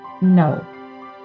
no